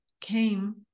came